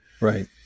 right